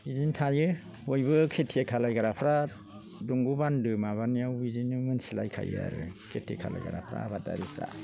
बिदिनो थायो बयबो खेथि खालायग्राफ्रा दंग' बान्दो माबानायाव बिदिनो मिन्थिलायखायो आरो खेथि खालायग्राफ्रा आबादारिफ्रा